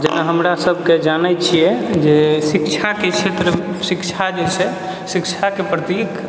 जे हमरा सभके जानै छियै जे शिक्षाके क्षेत्रमे शिक्षा जे छै शिक्षाके प्रतीक